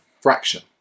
fraction